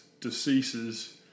Deceases